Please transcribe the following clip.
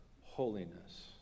holiness